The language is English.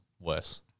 worse